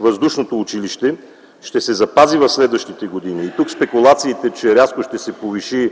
въздушното училище ще се запази в следващите години и тук спекулациите, че рязко ще се повиши